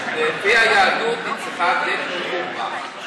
לפי היהדות היא צריכה גט לחומרה.